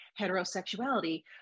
heterosexuality